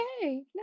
okay